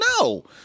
no